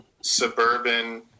suburban